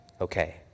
Okay